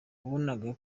wabonaga